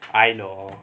I know